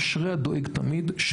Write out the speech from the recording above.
אשרי הדואג תמיד,